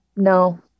No